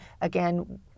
again